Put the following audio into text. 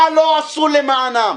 מה לא עשו למענם?